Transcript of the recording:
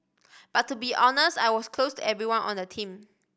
but to be honest I was close to everyone on the team